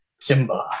Simba